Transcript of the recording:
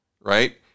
right